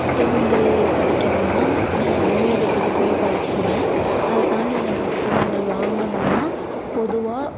புத்தகங்கள் படிக்கணுன்னால் நான் நூலகத்துக்கு போய் படிச்சுக்குவேன் அதை தாண்டி எனக்கு புத்தகங்கள் வாங்கணுன்னால் பொதுவாக